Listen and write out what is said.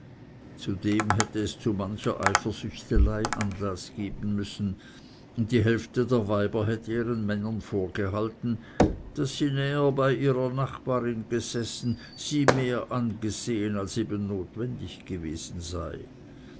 zudem hätte es zu mancher eifersüchtelei anlaß geben müssen und die hälfte der weiber hätte ihren männern vorgehalten daß sie näher bei ihrer nachbarin gesessen sie mehr angesehen als eben notwendig gewesen sei